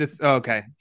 Okay